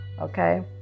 Okay